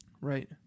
Right